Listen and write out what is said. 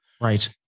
Right